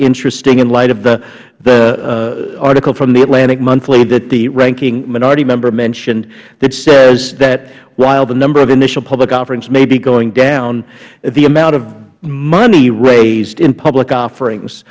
interesting in light of the article from the atlantic monthly that the ranking minority member mentioned that says that while the number of initial public offerings may be going down the amount of money raised in public offerings